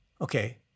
okay